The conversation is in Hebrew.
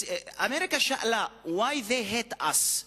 אמריקה שאלה why they hate us,